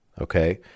okay